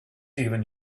even